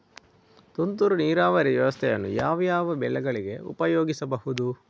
ತುಂತುರು ನೀರಾವರಿ ವ್ಯವಸ್ಥೆಯನ್ನು ಯಾವ್ಯಾವ ಬೆಳೆಗಳಿಗೆ ಉಪಯೋಗಿಸಬಹುದು?